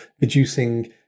reducing